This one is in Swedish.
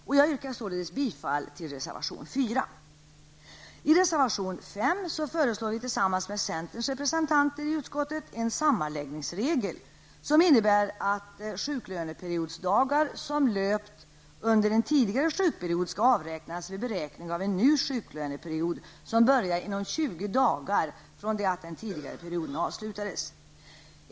Jag yrkar således bifall till reservation 4. I reservation 5 föreslår vi tillsammans med centerns representanter i utskottet en sammanläggningsregel, som innebär att sjuklöneperiodsdagar som löpt under en tidigare sjukperiod skall avräknas vid beräkning av en ny sjuklöneperiod, som börjar inom 20 dagar från det att den tidigare perioden avslutades.